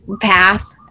path